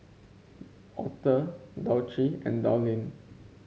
Author Dulcie and Dallin